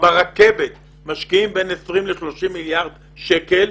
ברכבת משקיעים בין 20 ל-30 מיליארד שקלים,